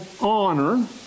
honor